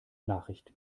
nachricht